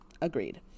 Agreed